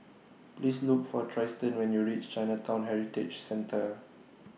Please Look For Trystan when YOU REACH Chinatown Heritage Centre